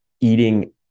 eating